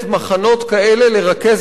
במדינה שמייצרת מחנות כאלה לרכז בהם